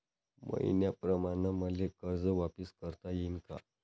मईन्याप्रमाणं मले कर्ज वापिस करता येईन का?